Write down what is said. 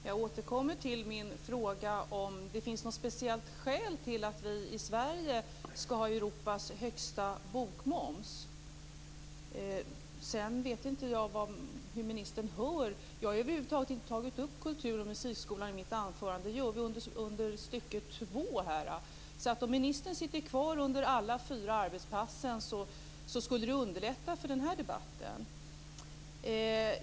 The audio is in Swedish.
Jag återkommer till min fråga om det finns något speciellt skäl till att vi i Sverige skall ha Europas högsta bokmoms. Sedan vet jag inte hur ministern hör. Jag har över huvud taget inte tagit upp kultur och musikskolan i mitt anförande. Det görs under nästa avsnitt. Så om ministern sitter kvar under alla fyra arbetspassen skulle det underlätta för den här debatten.